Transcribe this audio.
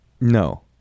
No